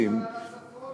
אבל הוא שאל על הצפון.